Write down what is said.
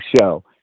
show